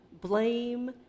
blame